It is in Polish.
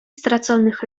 straconych